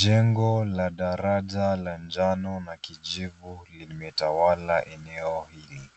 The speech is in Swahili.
Jengo la daraja la njano na kijivu limetawala eneo hili.